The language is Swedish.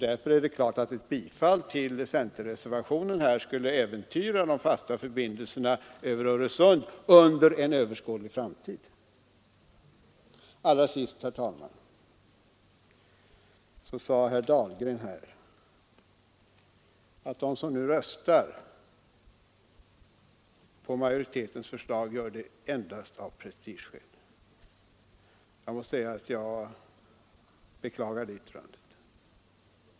Därför är det klart att ett bifall till centerreservationen skulle äventyra de fasta förbindelserna över Öresund under överskådlig tid. Herr Dahlgren sade också att de som nu röstar för majoritetens förslag gör det enbart av prestigeskäl. Jag beklagar det yttrandet.